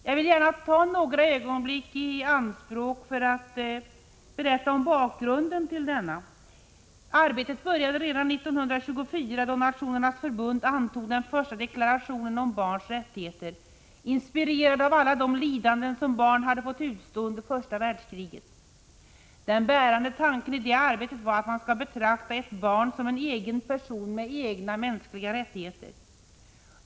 Jag vill gärna ta några ögonblick i anspråk för att berätta om bakgrunden till denna konvention. Arbetet började redan 1924 då Nationernas förbund antog den första deklarationen om barns rättigheter, inspirerat av alla de lidanden som barn hade fått utstå under första världskriget. Den bärande tanken i det arbetet var att man skall betrakta ett barn som en egen person med egna mänskliga rättigheter.